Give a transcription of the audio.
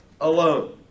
alone